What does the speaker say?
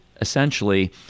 essentially